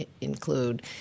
include